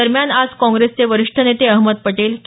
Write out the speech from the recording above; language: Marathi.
दरम्यान आज काँग्रेसचे वरिष्ठ नेते अहमद पटेल के